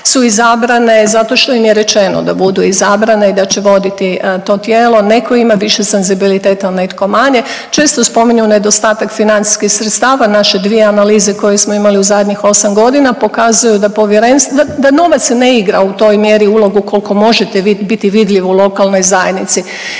su izabrane zato što im je rečeno da budu izabrane i da će voditi to tijelo, netko ima više senzibiliteta, netko manje. Često spominju nedostatak financijskih sredstava, naše 2 analize koje smo imali u zadnjih 8 godina pokazuju da povjerenstva, da novac ne igra u toj mjeri ulogu koliko možete biti vidljiv u lokalnoj zajednici.